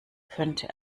könnte